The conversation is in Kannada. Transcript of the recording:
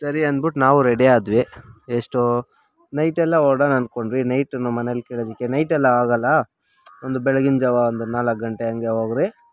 ಸರಿ ಅಂದ್ಬಿಟ್ಟು ನಾವು ರೆಡಿ ಆದ್ವಿ ಎಷ್ಟು ನೈಟೆಲ್ಲ ಹೊರಡೋಣ ಅಂದ್ಕೊಂಡ್ವಿ ನೈಟ್ ನಮ್ಮ ಮನೆಯಲ್ಲಿ ಕೇಳಿದ್ದಕ್ಕೆ ನೈಟೆಲ್ಲ ಆಗಲ್ಲ ಒಂದು ಬೆಳಗಿನ ಜಾವ ಒಂದು ನಾಲ್ಕು ಗಂಟೆ ಹಾಗೆ ಹೋಗ್ರಿ